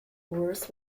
walls